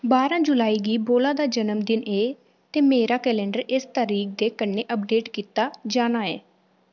बारां जुलाई गी बोला दा जन्मदिन ऐ ते मेरा कैलेंडर इस तरीक दे कन्नै अपडेट कीता जाना ऐ